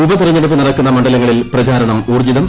ഉപതെരഞ്ഞെടുപ്പ് നടക്കുന്ന മണ്ഡലങ്ങളിൽ പ്രചാരണം ഊർജ്ജിതം